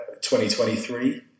2023